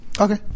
okay